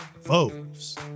Foes